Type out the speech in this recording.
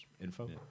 Info